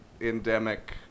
endemic